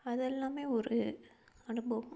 அதை எல்லாம் ஒரு அனுபவம்